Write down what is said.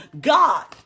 God